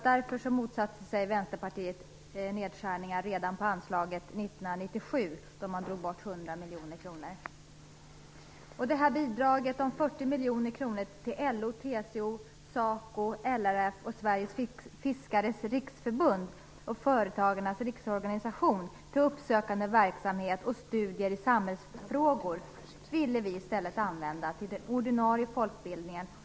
Därför motsatte sig Vänsterpartiet nedskärningar av anslaget redan 1997, då man tog bort SACO, LRF, Sveriges fiskares riksförbund och Företagarnas Riksorganisation för uppsökande verksamhet och studier i samhällsfrågor, ville vi i stället använda till den ordinarie folkbildningen.